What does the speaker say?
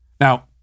Now